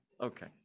Okay